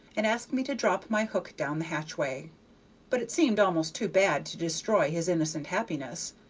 and asked me to drop my hook down the hatchway but it seemed almost too bad to destroy his innocent happiness.